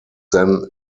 then